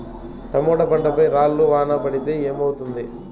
Tomato పంట పై రాళ్లు వాన పడితే ఏమవుతుంది?